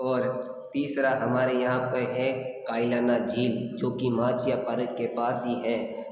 और तीसरा हमारे यहाँ पे हैं कायलाना झील जो कि माचिया पारक के पास ही है